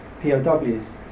POWs